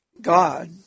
God